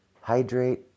Hydrate